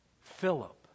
Philip